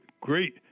great